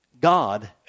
God